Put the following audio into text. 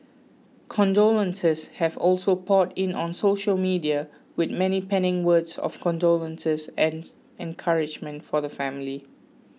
condolences have also poured in on social media with many penning words of condolences and encouragement for the family